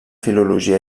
filologia